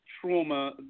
trauma